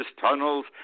tunnels